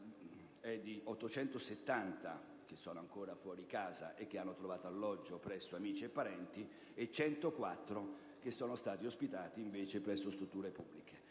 sono 870 sfollati ancora fuori casa e che hanno trovato alloggio presso amici e parenti, mentre 104 sono stati ospitati presso strutture pubbliche.